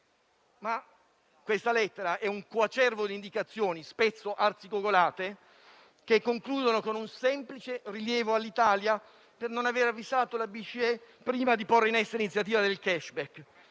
ma questa lettera è un coacervo di indicazioni, spesso arzigogolate, che concludono con un semplice rilievo all'Italia per non aver avvisato la BCE prima di porre in essere l'iniziativa del *cashback*.